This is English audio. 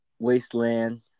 wasteland